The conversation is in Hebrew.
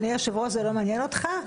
אדוני היושב-ראש, זה לא מעניין אותך?